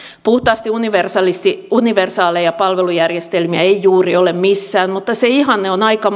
puhtaasti universaaleja palvelujärjestelmiä ei juuri ole missään mutta se ihanne on aika